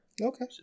Okay